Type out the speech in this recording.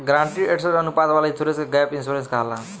guaranteed asset अनुपात वाला insurance के गैप इंश्योरेंस कहाला